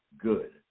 good